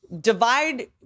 divide